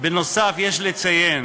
יש לציין